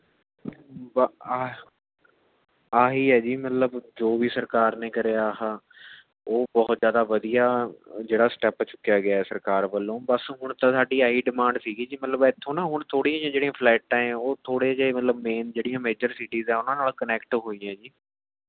ਆਹ ਇਹੀ ਹੈ ਜੀ ਮਤਲਬ ਜੋ ਵੀ ਸਰਕਾਰ ਨੇ ਕਰਿਆ ਆਹਾ ਉਹ ਬਹੁਤ ਜ਼ਿਆਦਾ ਵਧੀਆ ਜਿਹੜਾ ਸਟੈੱਪ ਚੁੱਕਿਆ ਗਿਆ ਸਰਕਾਰ ਵੱਲੋਂ ਬਸ ਹੁਣ ਤਾਂ ਸਾਡੀ ਇਹੀ ਡਿਮਾਂਡ ਸੀ ਜੀ ਮਤਲਬ ਇੱਥੋਂ ਨਾ ਹੁਣ ਥੋੜ੍ਹੀਆਂ ਜਿਹੀਆਂ ਜਿਹੜੀ ਫਲਾਇਟਾਂ ਹੈ ਉਹ ਥੋੜ੍ਹੇ ਜਿਹੇ ਮਤਲਬ ਮੇਨ ਜਿਹੜੀ ਮੇਜਰ ਸਿਟੀਜ਼ ਹੈ ਉਹਨਾਂ ਨਾਲ਼ ਕਨੈਕਟ ਹੋਈਏ ਜੀ